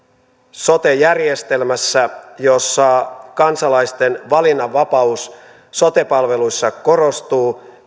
sote järjestelmässä jossa kansalaisten valinnanvapaus sote palveluissa korostuu